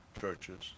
Churches